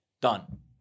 Done